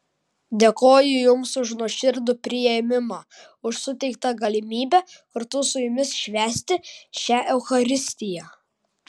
dėkoju jums už nuoširdų priėmimą už suteiktą galimybę kartu su jumis švęsti šią eucharistiją